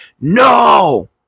no